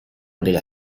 della